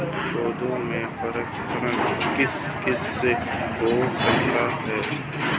पौधों में परागण किस किससे हो सकता है?